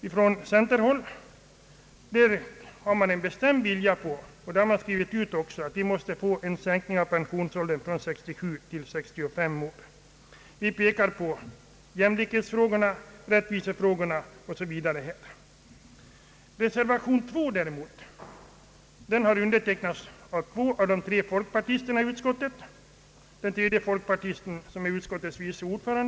I centerledamöternas reservation uttalas en bestämd vilja att sänka pensionsåldern från 67 till 65 år. Vi pekar på jämlikhetsfrågorna, rättvisefrågorna osv. I reservation 2 däremot, som undertecknats av två av de tre folkpartisterna i utskottet, anförs en rad invändningar mot en sänkning av pensionsåldern.